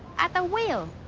at a wail,